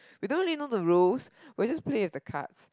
we don't really know the rules we just play as a cards